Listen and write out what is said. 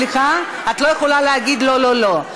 סליחה, את לא יכולה להגיד "לא לא לא".